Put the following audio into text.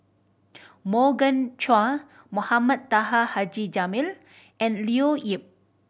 Morgan Chua Mohamed Taha Haji Jamil and Leo Yip